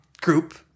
group